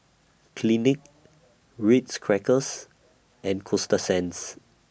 Clinique Ritz Crackers and Coasta Sands